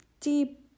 deep